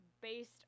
based